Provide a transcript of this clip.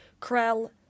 Krell